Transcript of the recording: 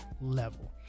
level